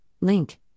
link